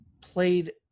played